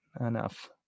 Enough